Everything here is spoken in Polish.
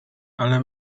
ale